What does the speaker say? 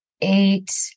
eight